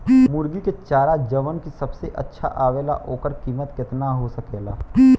मुर्गी के चारा जवन की सबसे अच्छा आवेला ओकर कीमत केतना हो सकेला?